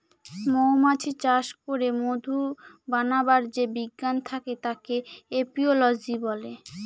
মৌমাছি চাষ করে মধু বানাবার যে বিজ্ঞান থাকে তাকে এপিওলোজি বলে